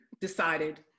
decided